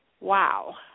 Wow